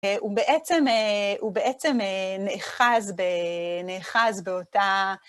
הוא בעצם נאחז באותה...